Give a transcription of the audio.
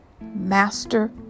Master